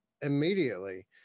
immediately